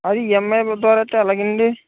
అదే ఈఎంఐ ద్వారా అయితే ఎలాగ అండి